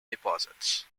deposits